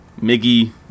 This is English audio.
Miggy